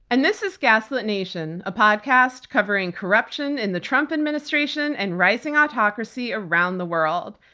and this is gaslit nation, a podcast covering corruption in the trump administration and rising autocracy around the world.